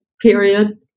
period